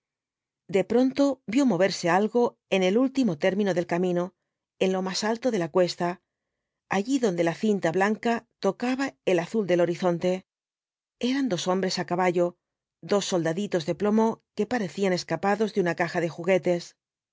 de pronto vio moverse algo en el último término del camino en lo más alto de la cuesta allí donde la cinta blanca tocaba el azul del horizonte eran dos hombres á caballo dos soldaditos de plomo que parecían escapados de una caja de juguetes